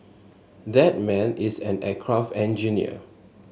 that man is an aircraft engineer